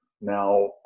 Now